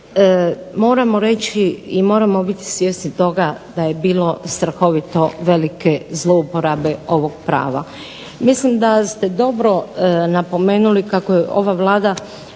moramo reći i moramo biti svjesni toga da je bilo strahovito velike zlouporabe ovog prava. Mislim da ste dobro napomenuli kako je ova Vlada